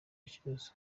kibazo